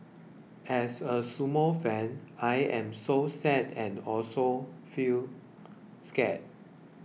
as a sumo fan I am so sad and also feel scared